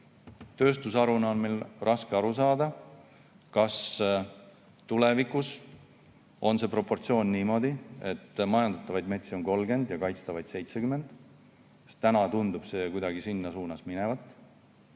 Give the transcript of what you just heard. Tööstusharuna on meil raske aru saada, kas tulevikus on see proportsioon niimoodi, et majandatavaid metsi on 30% ja kaitstavaid 70%. See tundub kuidagi selles suunas minevat.